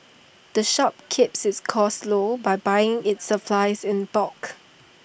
the shop keeps its costs low by buying its supplies in bulk